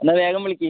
എന്നാൽ വേഗം വിളിക്ക്